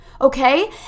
Okay